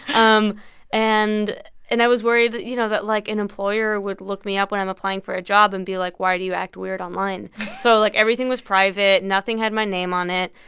um and and i was worried, you know, that, like, an employer would look me up when i'm applying for a job and be like, why do you act weird online? so, like, everything was private. nothing had my name on it.